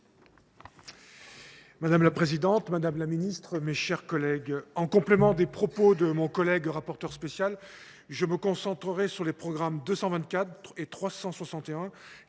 Madame la présidente, madame la ministre, mes chers collègues, en complément des propos de mon collègue rapporteur spécial, je me concentrerai sur les programmes 224 et 361,